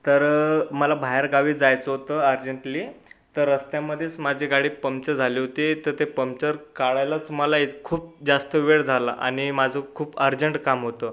तर मला बाहेरगावी जायचं होतं अर्जंटली तर रस्त्यामध्येच माझी गाडी पम्चं झाली होती तर ते पम्चर काढायलाच मला इथं खूप जास्त वेळ झाला आणि माझं खूप अर्जंट काम होतं